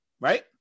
Right